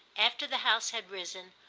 after the house had risen,